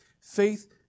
Faith